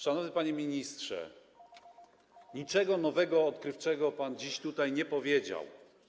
Szanowny panie ministrze, niczego nowego, odkrywczego pan dziś tutaj nie powiedział.